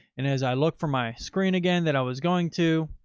and as i look for my screen, again, that i was going to,